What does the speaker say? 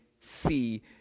see